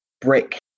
Brick